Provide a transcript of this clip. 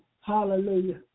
Hallelujah